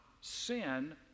sin